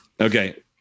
okay